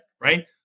right